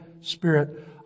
Spirit